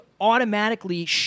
automatically